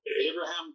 Abraham